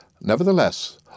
nevertheless